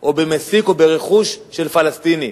או במסיק או ברכוש של פלסטיני.